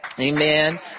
Amen